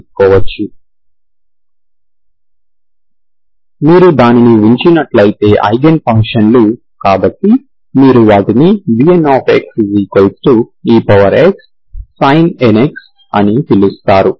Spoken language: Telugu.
మీరు దానిని ఉంచినట్లయితే ఐగెన్ ఫంక్షన్లు కాబట్టి మీరు వాటినిnxexsin nx అని పిలుస్తారు